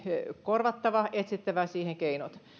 korvattava etsittävä siihen keinot